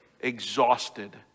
exhausted